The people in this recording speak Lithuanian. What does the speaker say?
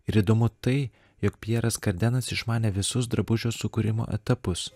ir įdomu tai jog pjeras kardenas išmanė visus drabužio sukūrimo etapus